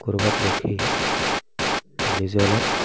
ক'ৰবাত ৰখি নিজে অলপ